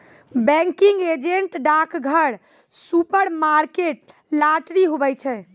banking agent डाकघर, supermarket, lottery, हुवै छै